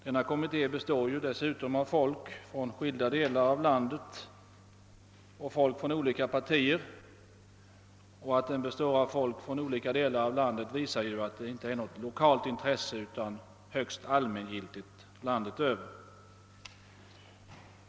Denna kommitté består av personer från olika partier och från skilda delar av landet. Det är alltså inte fråga om något lokalt utan om ett högst allmängiltigt intresse.